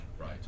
right